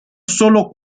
solo